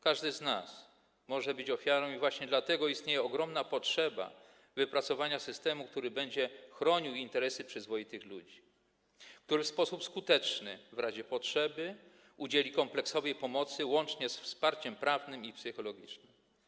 Każdy z nas może być ofiarą i właśnie dlatego istnieje ogromna potrzeba wypracowania systemu, który będzie chronił interesy przyzwoitych ludzi, który w sposób skuteczny w razie potrzeby udzieli kompleksowej pomocy, łącznie z wsparciem prawnym i psychologicznym.